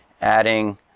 adding